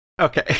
Okay